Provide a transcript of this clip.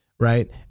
right